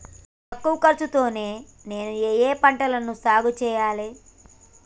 తక్కువ ఖర్చు తో నేను ఏ ఏ పంటలు సాగుచేయాలి?